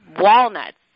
Walnuts